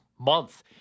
month